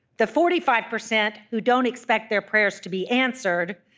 the forty five percent who don't expect their prayers to be answered,